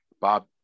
bob